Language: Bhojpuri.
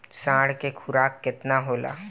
साढ़ के खुराक केतना होला?